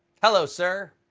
hello, sir!